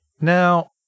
Now